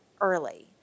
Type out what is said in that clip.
early